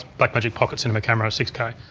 blackmagic pocket cinema camera six k.